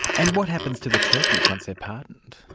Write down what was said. and what happened to the turkeys, once they're pardoned?